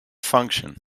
function